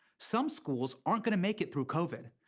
some schools aren't going to make it through covid.